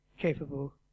capable